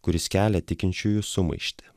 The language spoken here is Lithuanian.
kuris kelia tikinčiųjų sumaištį